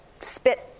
spit